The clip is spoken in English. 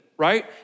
right